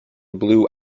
blue